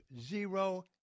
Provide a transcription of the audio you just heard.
zero